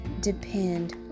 depend